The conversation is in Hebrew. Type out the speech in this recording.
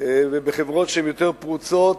ובחברות שהן יותר פרוצות,